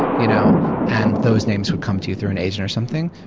you know and those names would come to you through an agent or something.